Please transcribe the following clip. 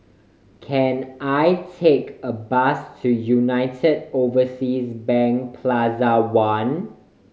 can I take a bus to United Overseas Bank Plaza One